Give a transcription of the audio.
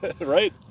right